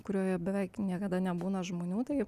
kurioje beveik niekada nebūna žmonių tai